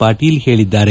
ಪಾಟೀಲ ಹೇಳಿದ್ದಾರೆ